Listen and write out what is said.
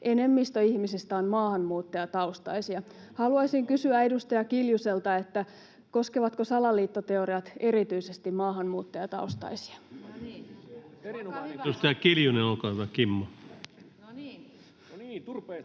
enemmistö ihmisistä on maahanmuuttajataustaisia. Haluaisin kysyä edustaja Kiljuselta, koskevatko salaliittoteoriat erityisesti maahanmuuttajataustaisia. Edustaja Kiljunen, Kimmo, olkaa hyvä.